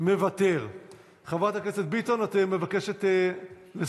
--- אנחנו נגיע.